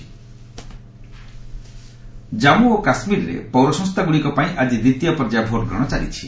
J and K polls Jammu ଓ କାଶ୍ମୀରରେ ପୌର ସଂସ୍ଥାଗୁଡ଼ିକ ପାଇଁ ଆଜି ଦ୍ୱିତୀୟ ପର୍ଯ୍ୟାୟ ଭୋଟ୍ ଗ୍ରହଣ ଚାଲିଛି